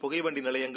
புகைவண்ட நிலையங்கள்